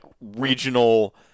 regional